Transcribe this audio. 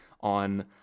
on